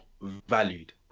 valued